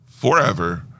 forever